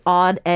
odd